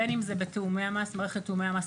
בין אם זה בתיאומי המס מערכת תיאומי המס